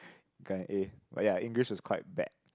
got an A oh ya English was quite bad